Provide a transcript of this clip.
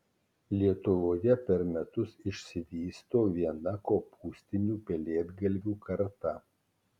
lietuvoje per metus išsivysto viena kopūstinių pelėdgalvių karta